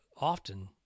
often